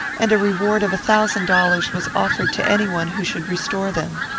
and a reward of a thousand dollars was offered to any one who should restore them.